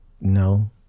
No